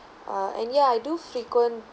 ah and yeah I do frequent